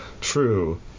True